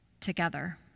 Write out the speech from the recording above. together